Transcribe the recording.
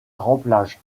remplage